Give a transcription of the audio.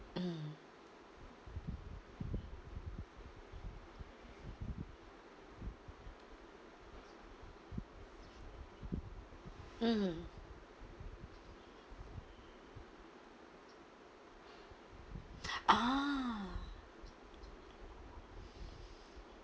mm mmhmm ah